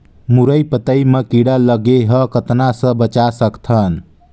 मुरई पतई म कीड़ा लगे ह कतना स बचा सकथन?